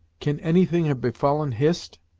can any thing have befallen hist?